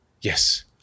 Yes